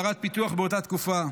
עיירת פיתוח באותה תקופה.